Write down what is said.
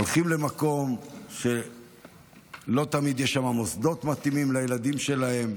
הם הולכים למקום שלא תמיד יש שם מוסדות מתאימים לילדים שלהם,